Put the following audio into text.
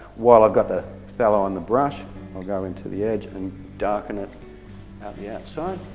while i've got the phyhalo on the brush i'll go into the edge and darken it on the outside.